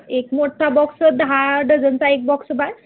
एक मोठ्ठा बॉक्स दहा डझनचा एक बॉक्स बास